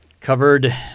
covered